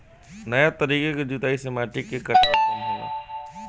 नया तरीका के जुताई से माटी के कटाव कम होला